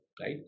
right